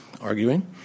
arguing